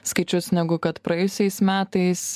skaičius negu kad praėjusiais metais